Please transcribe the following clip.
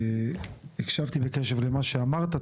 הקשבתי בקשב למה שאמרת,